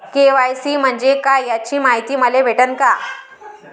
KYC म्हंजे काय याची मायती मले भेटन का?